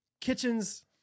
Kitchens